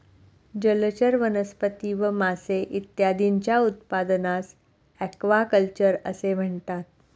जलचर वनस्पती व मासे इत्यादींच्या उत्पादनास ॲक्वाकल्चर असे म्हणतात